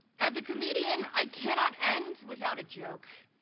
as a comedian, i cannot end without a joke.